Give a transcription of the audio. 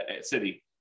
city